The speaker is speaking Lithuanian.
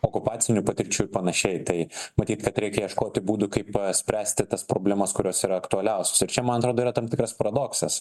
okupacinių patirčių ir panašiai tai matyt kad reikia ieškoti būdų kaip spręsti tas problemas kurios yra aktualiausios ir čia man atrodo yra tam tikras paradoksas